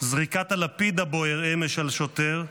זריקת הלפיד הבוער אמש על שוטר,